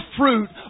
fruit